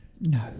No